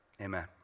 amen